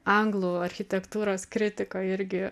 anglų architektūros kritika irgi